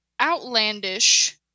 outlandish